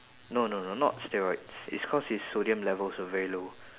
no no no not steroids it's cause his sodium levels were very low